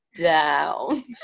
down